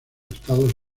estados